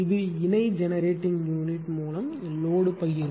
இது இணை generating unit மூலம் லோடு பகிர்வு